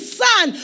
son